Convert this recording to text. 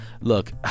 look